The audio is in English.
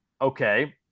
Okay